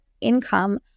income